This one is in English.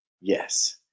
yes